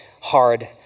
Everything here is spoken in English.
hard